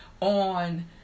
on